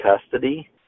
custody